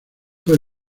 fue